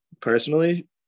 personally